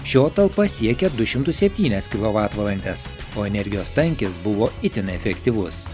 šio talpa siekia du šimtus septynias kilovatvalandes o energijos tankis buvo itin efektyvus